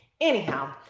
Anyhow